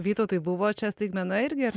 vytautui buvo čia staigmena irgi ar